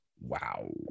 Wow